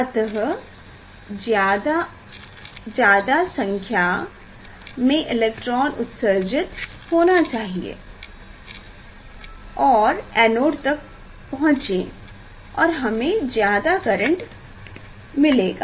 अतः ज्यादा संख्या में इलेक्ट्रॉन उत्सर्जित होंगे और एनोड तक पहुँचेंगे और हमें ज्यादा करेंट मिलेगा